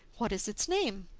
what is its name?